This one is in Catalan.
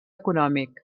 econòmic